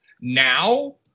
Now